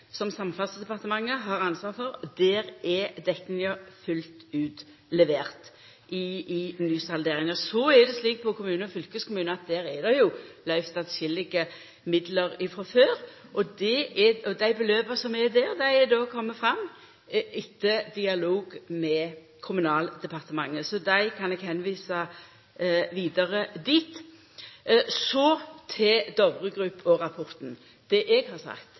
som Samferdselsdepartementet har ansvar for, er dekninga fullt ut levert i nysalderinga. Når det gjeld kommune og fylkeskommune, er det løyvd atskillege midlar frå før, og dei beløpa som er der, er komne fram etter dialog med Kommunaldepartementet. Så dei kan eg visa vidare dit. Så til Dovre Group og rapporten. Det eg har sagt,